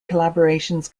collaborations